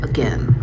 Again